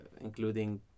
including